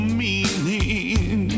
meaning